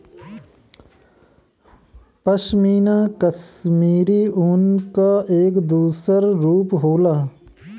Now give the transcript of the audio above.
पशमीना कशमीरी ऊन क एक दूसर रूप होला